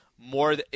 more